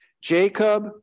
Jacob